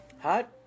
Hot